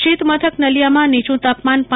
શીતમથક નલિયામાં નીચું તાપમાન પ